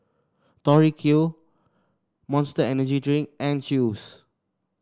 Tori Q Monster Energy Drink and Chew's